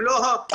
הם לא חסויים.